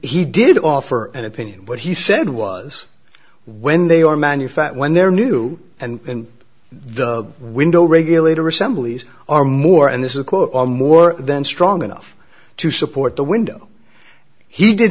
he did offer an opinion what he said was when they are manufactured when they're new and the window regulator assemblies are more and this is a quote more than strong enough to support the window he did